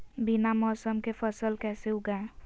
बिना मौसम के फसल कैसे उगाएं?